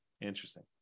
Interesting